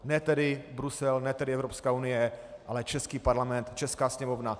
Ne tedy Brusel, ne tedy Evropská unie, ale český parlament, česká sněmovna.